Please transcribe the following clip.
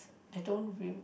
I don't re~